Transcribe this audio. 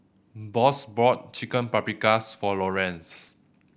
Boss bought Chicken Paprikas for Lorenz